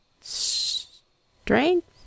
Strength